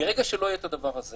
מרגע שלא יהיה את הדבר הזה